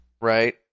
Right